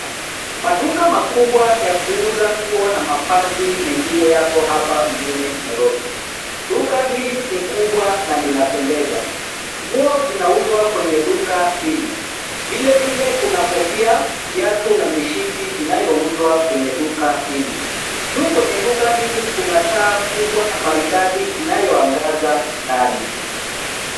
Maduka makubwa ya kuuza nguo na mavazi mengine yapo hapa mjini Nairobi. Duka hili ni kubwa na linapendeza. Nguo zinauzwa kwenye duka hili. Vile vile kuna kofia, viatu na mishipi inayouzwa kwenye duka hili. Juu kwenye duka hili kuna taa kubwa maridadi inayoangaza ndani.